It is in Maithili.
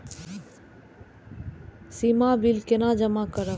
सीमा बिल केना जमा करब?